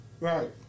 Right